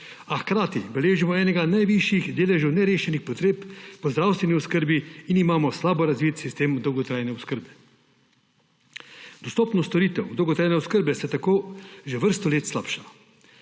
hkrati beležimo enega najvišjih deležev nerešenih potreb v zdravstveni oskrbi in imamo slabo razvit sistem dolgotrajne oskrbe. Dostopnost storitev dolgotrajne oskrbe se tako že vrsto let slabša.